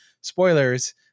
Spoilers